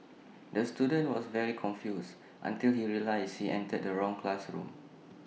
the student was very confused until he realised he entered the wrong classroom